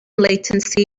latency